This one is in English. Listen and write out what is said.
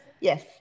Yes